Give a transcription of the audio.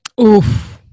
Oof